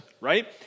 right